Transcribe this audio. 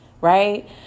right